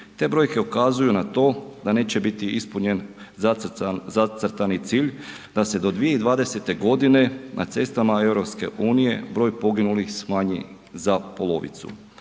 te brojke ukazuju na to da neće biti ispunjen zacrtani cilj da se do 2020. godine na cestama EU broj poginulih smanji za polovicu.